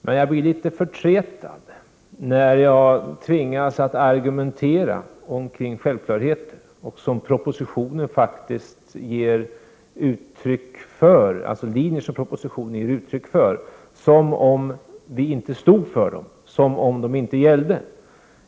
Men jag blir litet förtretad när jag tvingas att argumentera om självklarheter och för linjer som faktiskt finns uttryckta i propositionen, precis som om de inte gällde och vi inte stod för dem.